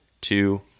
two